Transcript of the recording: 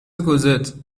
کوزتچون